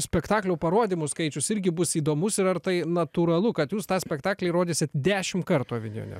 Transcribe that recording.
spektaklių parodymų skaičius irgi bus įdomus ir ar tai natūralu kad jūs tą spektaklį rodysit dešimt kartų avinjone